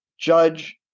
judge